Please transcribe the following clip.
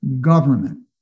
government